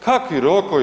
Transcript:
Kakvi rokovi?